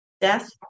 death